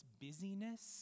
busyness